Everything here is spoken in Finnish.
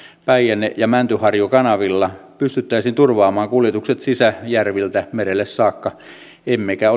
päijänne ja mäntyharju kanavilla pystyttäisiin turvaamaan kuljetukset sisäjärviltä merelle saakka emmekä